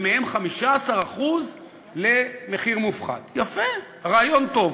ומהם 15% במחיר מופחת, יפה, רעיון טוב.